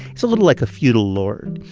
it's a little like a feudal lord.